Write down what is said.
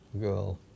girl